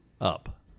up